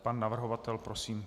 Pan navrhovatel, prosím.